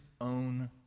own